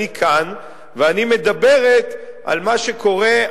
אני כאן ואני מדברת על מה שקורה,